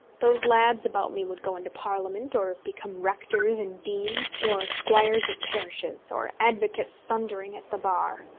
those lads about me would go into parliament, or become rectors and deans, or squires of parishes, or advocates thundering at the bar.